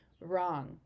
wrong